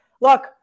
Look